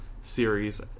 series